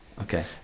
Okay